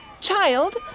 child